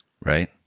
right